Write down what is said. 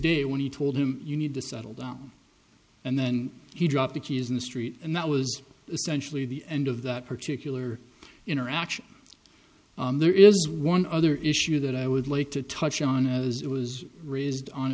day when he told him you need to settle down and then he dropped the key is in the street and that was essentially the end of that particular interaction there is one other issue that i would like to touch on as it was raised on